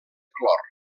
clor